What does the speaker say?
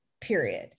period